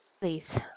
Please